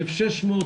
1,600,